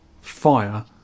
fire